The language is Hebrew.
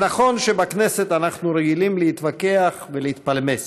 זה נכון שבכנסת אנחנו רגילים להתווכח ולהתפלמס,